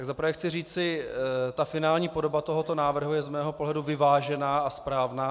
Za prvé chci říci, finální podoba tohoto návrhu je z mého pohledu vyvážená a správná.